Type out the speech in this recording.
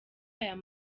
ayo